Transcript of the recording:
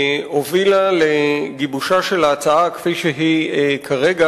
הובילה לגיבושה של ההצעה כפי שהיא כרגע